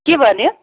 के भन्यो